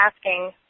asking